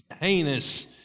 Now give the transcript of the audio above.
heinous